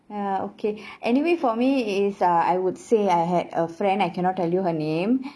ya okay anyway for me is uh I would say I had a friend I cannot tell you her name